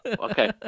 okay